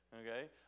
okay